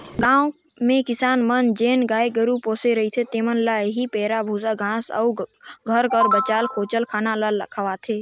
गाँव में किसान मन जेन गाय गरू पोसे रहथें तेमन ल एही पैरा, बूसा, घांस अउ घर कर बांचल खोंचल खाना ल खवाथें